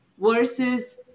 versus